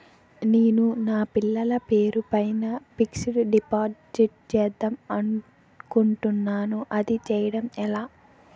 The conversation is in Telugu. నేను నా పిల్లల పేరు పైన ఫిక్సడ్ డిపాజిట్ చేద్దాం అనుకుంటున్నా అది చేయడం ఎలా?